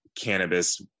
cannabis